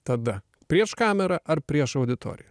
tada prieš kamerą ar prieš auditoriją